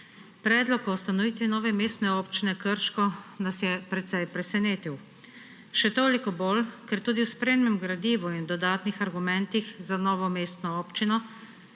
Predlog o ustanovitvi nove mestne občine Krško nas je precej presenetil. Še toliko bolj, ker tudi v spremnem gradivu in dodatnih argumentih za novo mestno občino,